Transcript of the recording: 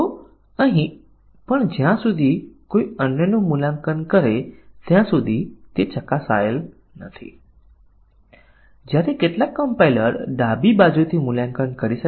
તેથી તે જ પ્રોગ્રામ માટે આપણને અહીં શાખાઓ લઈએ જ્યારે અહીં નિર્ણયો લેવામાં આવે છે અને જ્યારે તે તપાસશે કે કેમ તે બંને સાચા અને ખોટા છે અહીંની સ્થિતિ સાચી અને ખોટી બંને છે